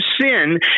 sin